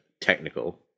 technical